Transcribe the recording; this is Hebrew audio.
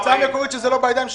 זה לא בידיים שלהם.